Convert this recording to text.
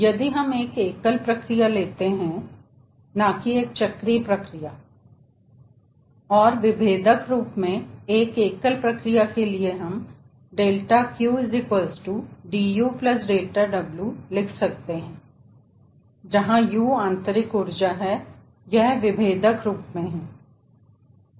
यदि हम एक एकल प्रक्रिया लेते हैं नाकी एक चक्रीय प्रक्रिया लेकिन विभेदक रूप में एक एकल प्रक्रिया के लिए हम δQ dU δW लिख सकते हैं जहां यू मैंने बताया है आंतरिक ऊर्जा और यह विभेदक रूप में है